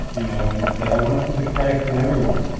you know and say, i want to see the christ in everyone.